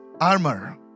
armor